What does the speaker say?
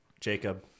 Jacob